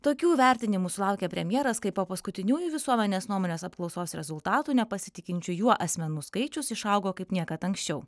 tokių vertinimų sulaukė premjeras kai po paskutiniųjų visuomenės nuomonės apklausos rezultatų nepasitikinčių juo asmenų skaičius išaugo kaip niekad anksčiau